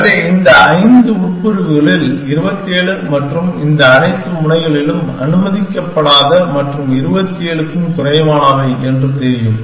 இது அந்த 50 உட்பிரிவுகளில் 27 மற்றும் இந்த அனைத்து முனைகளிலும் அனுமதிக்கப்படாத அல்லது 27 க்கும் குறைவானவை என்று இது தெரியும்